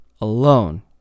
alone